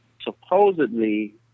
supposedly